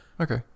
okay